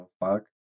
fuck